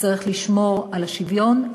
תצטרך לשמור על השוויון,